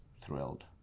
thrilled